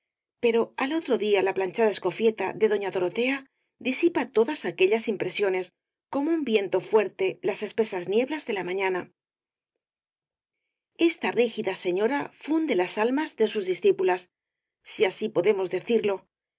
pero al otro día la planchada escofieta de doña dorotea disipa todas aquellas impresiones como un viento fuerte las espesas nieblas de la mañana esta rígida señora funde las almas de sus discípulas si así podemos decirlo